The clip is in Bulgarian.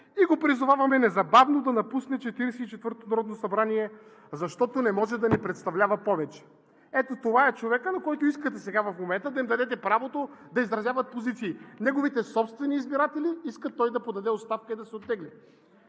и го призоваваме незабавно да напусне Четиридесет и четвъртото народно събрание, защото не може да ни представлява повече.“ Ето това е човекът, на когото искате сега в момента да дадете правото да изразява позиции. Неговите собствени избиратели искат той да подаде оставка и да се оттегли.